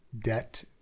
debt